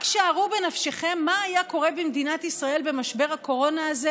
רק שערו בנפשכם מה היה קורה במדינת ישראל במשבר הקורונה הזה